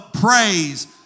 Praise